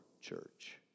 church